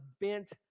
Bent